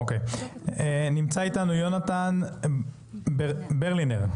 נמצא איתנו יונתן ברלינר,